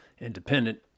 independent